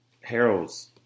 Harold's